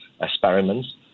experiments